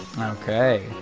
Okay